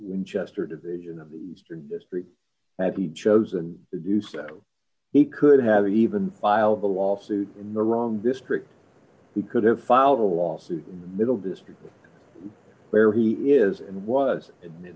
winchester division of the eastern district had he chosen to do so he could have even filed a lawsuit in the wrong district he could have filed a lawsuit in middle district where he is and was